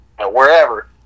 wherever